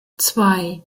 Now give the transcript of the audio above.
zwei